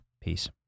peace